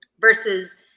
versus